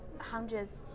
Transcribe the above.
hundreds